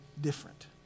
different